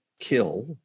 kill